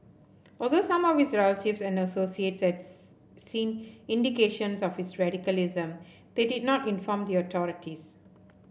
although some of his relatives and associates seen indications of his radicalism they did not inform their authorities